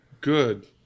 good